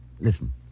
Listen